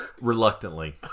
reluctantly